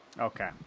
Okay